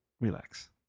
relax